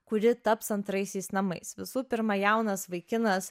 kuri taps antraisiais namais visų pirma jaunas vaikinas